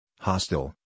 hostile